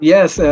Yes